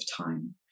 time